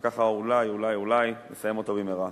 ככה אולי אולי נסיים אותו במהרה.